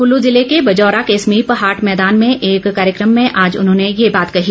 कुल्लू जिले के बजौरा के समीप हाट मैदान में एक कार्यक्रम में आज उन्होंने ये बात कही